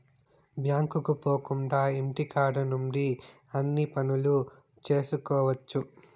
బ్యాంకుకు పోకుండా ఇంటికాడ నుండి అన్ని పనులు చేసుకోవచ్చు